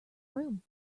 room